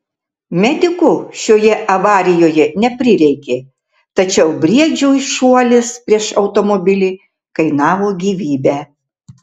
medikų šioje avarijoje neprireikė tačiau briedžiui šuolis prieš automobilį kainavo gyvybę